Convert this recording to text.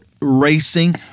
racing